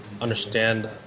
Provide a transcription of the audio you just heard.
understand